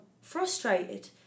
frustrated